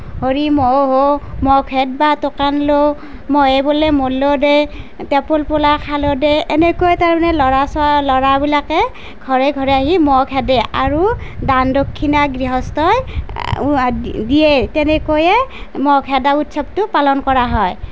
হৰি মহহো মহ খেদবা টকান লো মহে বোলে মল্লো দে টাপুল পোলা খালোঁ দে এনেকৈ তাৰ মানে ল'ৰা ছোৱা ল'ৰাবিলাকে ঘৰে ঘৰে আহি মহ খেদে আৰু দান দক্ষিণা গৃহস্থই দিয়ে তেনেকৈয়ে ম'হ খেদা উৎসৱ টো পালন কৰা হয়